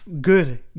good